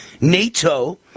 NATO